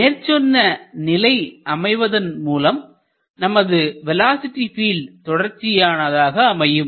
மேற்சொன்ன நிலை அமைவதன் மூலம் நமது வேலோஸிட்டி பீல்ட் தொடர்ச்சியானதாக அமையும்